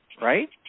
Right